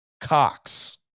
Cox